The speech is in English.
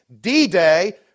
D-Day